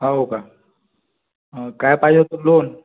हो का काय पाहिजे होतं लोन